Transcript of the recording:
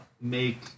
make